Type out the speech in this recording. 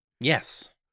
Yes